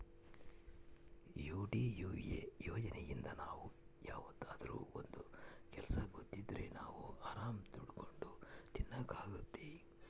DDUA ಯೋಜನೆಇಂದ ನಾವ್ ಯಾವ್ದಾದ್ರೂ ಒಂದ್ ಕೆಲ್ಸ ಗೊತ್ತಿದ್ರೆ ನಾವ್ ಆರಾಮ್ ದುಡ್ಕೊಂಡು ತಿನಕ್ ಅಗ್ತೈತಿ